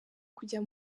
kujya